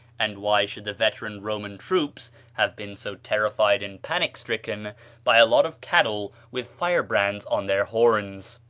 and why should the veteran roman troops have been so terrified and panic-stricken by a lot of cattle with firebrands on their horns?